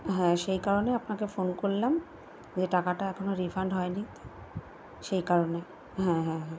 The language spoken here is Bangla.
হ্যাঁ সেই কারণে আপনাকে ফোন করলাম যে টাকাটা এখনও রিফান্ড হয় নি তাই সেই কারণে হ্যাঁ হ্যাঁ হ্যাঁ